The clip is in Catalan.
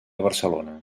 barcelona